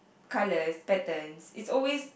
colours patterns it's always